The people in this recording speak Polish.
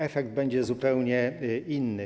Efekt będzie zupełnie inny.